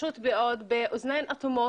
פשוט מאוד, באוזניים אטומות.